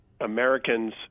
Americans